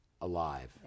alive